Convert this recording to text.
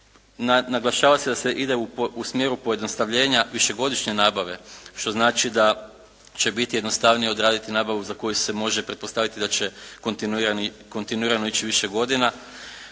Naglašava se da se ide u smjeru pojednostavljenja višegodišnje nabave što znači da će biti jednostavnije odraditi nabavu za koju se može pretpostaviti da će kontinuirani, kontinuirano ići više godina.